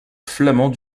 flamands